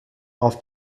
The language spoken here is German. auf